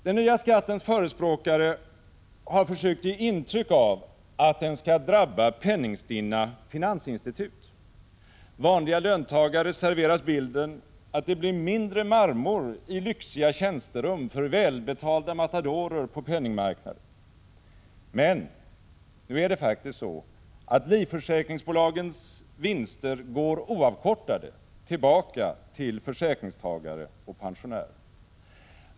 Den nya skattens förespråkare har försökt ge intryck av att den skall drabba penningstinna finansinstitut. Vanliga löntagare serveras bilden att det blir mindre marmor i lyxiga tjänsterum för välbetalda matadorer på penningmarknaden. Men nu är det faktiskt så att livförsäkringsbolagens vinster går oavkortade tillbaka till försäkringstagare och pensionärer.